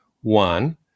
one